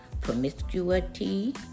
promiscuity